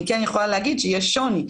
יש שוני.